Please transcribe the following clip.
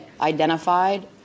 identified